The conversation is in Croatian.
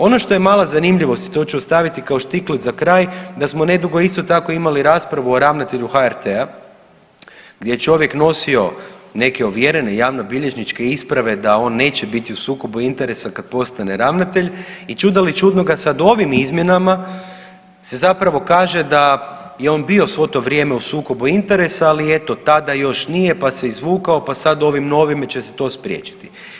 Ono što je mala zanimljivost i to ću ostaviti kao štiklec za kraj, da smo nedugo isto tako imali raspravu o ravnatelju HRT-a, gdje je čovjek nosio neke ovjerene javno bilježničke isprave da on neće biti u sukobu interesa kad postane ravnatelj i čuda li čudnoga sad ovim izmjenama se zapravo kaže da je on bio svo to vrijeme u sukobu interesa, ali eto tada još nije pa se izvukao, pa sad ovim novim će se to spriječiti.